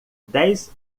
dez